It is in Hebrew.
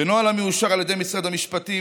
בנוהל המאושר על ידי משרד המשפטים